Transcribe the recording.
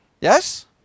Yes